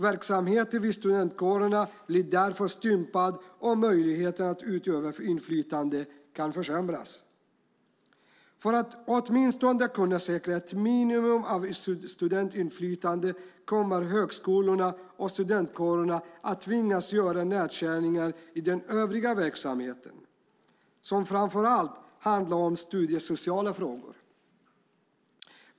Verksamheten vid studentkårerna blir därför stympad och möjligheten att utöva inflytande kan försämras. För att åtminstone säkra ett minimum av studentinflytande kommer högskolorna och studentkårerna att tvingas göra nedskärningar i den övriga verksamheten, som framför allt handlar om studiesociala frågor.